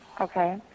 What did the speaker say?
Okay